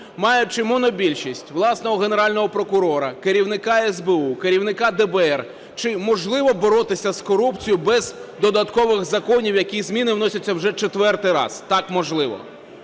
маючи монобільшість, власного Генерального прокурора, керівника СБУ, керівника ДБР, чи можливо боротися з корупцією без додаткових законів, які і зміни вносять вже четвертий раз? Так, можливо.